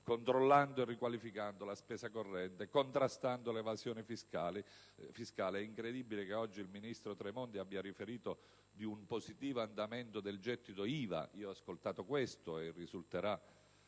controllando e riqualificando la spesa corrente, contrastando l'evasione fiscale (è incredibile che oggi il ministro Tremonti abbia riferito di un positivo andamento del gettito IVA, come ho ascoltato e come risulterà